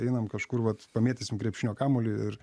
einam kažkur vat pamėtysim krepšinio kamuolį ir